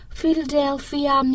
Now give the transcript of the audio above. Philadelphia